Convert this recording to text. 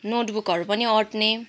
नोटबुकहरू पनि अट्ने